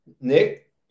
Nick